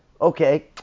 Okay